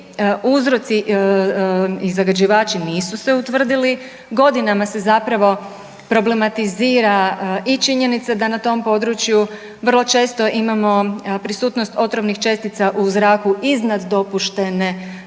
uzroci i zagađivači nisu se utvrdili. Godinama se zapravo problematizira i činjenica da na tom području vrlo često imamo prisutnost otrovnih čestica u zraku iznad dopuštene